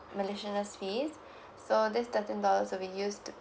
miscellaneous fee so this thirteen dollar will be used to